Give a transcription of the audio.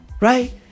Right